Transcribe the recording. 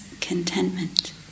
contentment